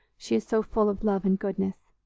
she is so full of love and goodness.